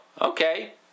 okay